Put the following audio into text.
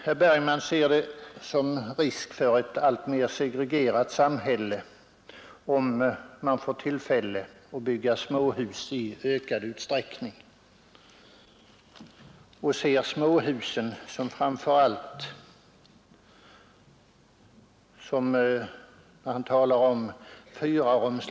Herr Bergman tycker sig skönja risker för att vi får ett alltmer segregerat samhälle, om man i ökad utsträckning får tillfälle att bygga småhus.